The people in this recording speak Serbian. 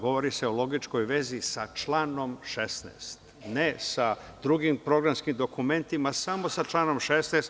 Govori se o logičkoj vezi sa članom 16, ne sa drugim programskim dokumentima, samo sa članom 16.